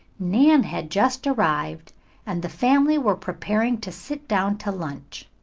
nan had just arrived and the family were preparing to sit down to lunch.